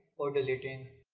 or deleting.